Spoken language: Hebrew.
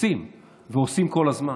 עושים ועושים כל הזמן.